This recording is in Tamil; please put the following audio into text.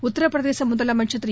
உத்தரப் பிரதேச முதலமைச்சர் திரு